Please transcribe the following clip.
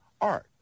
art